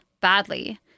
badly